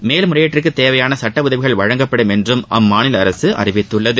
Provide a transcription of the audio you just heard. மேல் முறையீட்டுக்கு தேவையான சுட்ட உதவிகள் வழங்கப்படும் என்றும் அம்மாநில அரசு அறிவித்துள்ளது